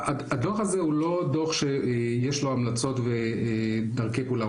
הדוח הזה הוא לא דוח שיש לו המלצות ודרכי פעולה,